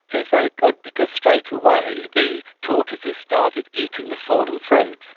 it's very good because straight away the tortoises started eating the fallen fruits,